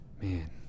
man